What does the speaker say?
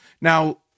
Now